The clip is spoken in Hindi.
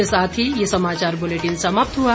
इसके साथ ये समाचार बुलेटिन समाप्त हुआ